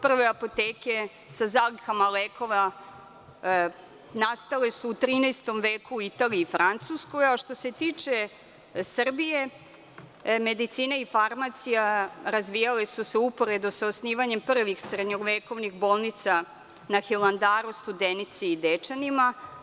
Prve apoteke za zalihama lekova nastale su u 13. veku u Italijii Francuskoj, a što se tiče Srbije, medicina i farmacija razvijale su se uporedo sa osnivanjem prvih srednjovekovnih bolnica na Hilandaru, Studenici i Dečanima.